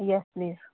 yes please